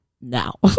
now